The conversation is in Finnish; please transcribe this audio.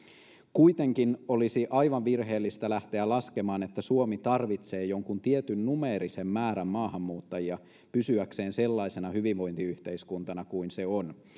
kuitenkin olisi aivan virheellistä lähteä laskemaan että suomi tarvitsee jonkun tietyn numeerisen määrän maahanmuuttajia pysyäkseen sellaisena hyvinvointiyhteiskuntana kuin se on